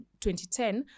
2010